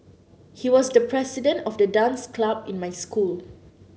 he was the president of the dance club in my school